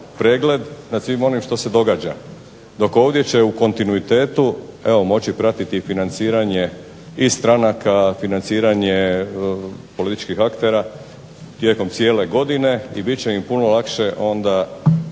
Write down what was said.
pregled nad svim onim što se događa dok ovdje će u kontinuitetu evo moći pratiti financiranje i stranaka, financiranje političkih aktera tijekom cijele godine i bit će im puno lakše onda